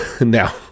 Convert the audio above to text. now